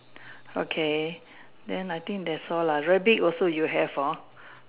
okay then I think that's all lah rabbit also you have hor